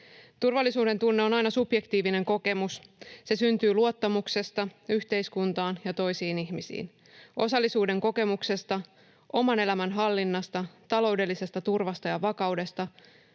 Turvallisuuden tunne on aina subjektiivinen kokemus. Se syntyy luottamuksesta yhteiskuntaan ja toisiin ihmisiin, osallisuuden kokemuksesta, oman elämän hallinnasta, taloudellisesta turvasta ja vakaudesta